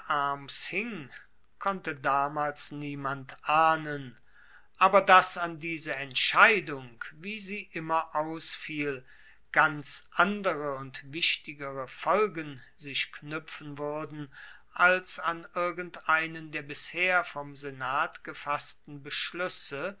konnte damals niemand ahnen aber dass an diese entscheidung wie sie immer ausfiel ganz andere und wichtigere folgen sich knuepfen wuerden als an irgendeinen der bisher vom senat gefassten beschluesse